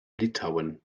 litauen